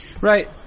Right